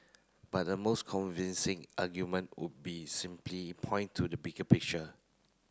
but the most convincing argument would be simply point to the bigger picture